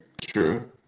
True